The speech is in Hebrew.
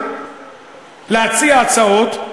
להציע הצעות,